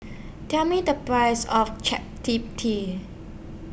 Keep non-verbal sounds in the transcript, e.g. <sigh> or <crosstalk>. Tell Me The Price of <unintelligible>